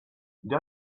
you